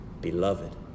beloved